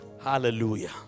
Hallelujah